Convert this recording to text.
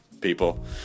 people